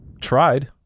tried